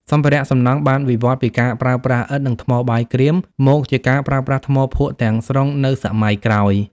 សម្ភារៈសំណង់បានវិវត្តពីការប្រើប្រាស់ឥដ្ឋ និងថ្មបាយក្រៀម មកជាការប្រើប្រាស់ថ្មភក់ទាំងស្រុងនៅសម័យក្រោយ។